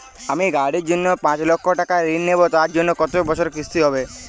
আমি গাড়ির জন্য পাঁচ লক্ষ টাকা ঋণ নেবো তার জন্য কতো বছরের কিস্তি হবে?